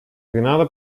гренада